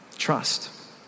trust